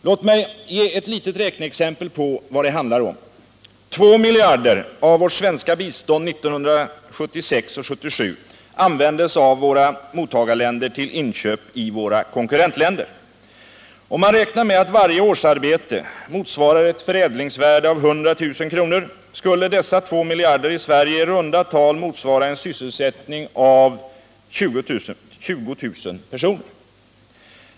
Låt mig ge ett litet räkneexempel på vad det handlar om: 2 miljarder av vårt svenska bistånd 1976/77 användes av våra mottagarländer till inköp i våra konkurrentländer. Om man räknar med att varje årsarbete motsvarar ett förädlingsvärde av 100000 kr., skulle dessa 2 miljarder i Sverige i runda tal motsvara en sysselsättning av 20 000 personer.